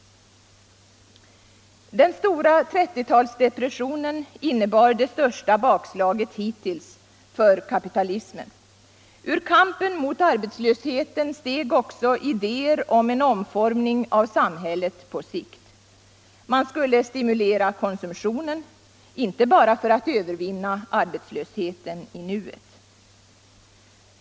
Den stora 30-talsdepressionen innebar det största bakslaget hittills för kapitalismen. Ur kampen mot arbetslösheten steg också idéer om en omformning av samhället på sikt. Man skulle stimulera konsumtionen —- inte bara för att övervinna arbetslösheten i nuet.